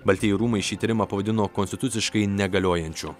baltieji rūmai šį tyrimą pavadino konstituciškai negaliojančiu